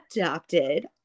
adopted